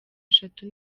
eshatu